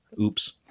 Oops